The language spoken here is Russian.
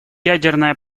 ядерная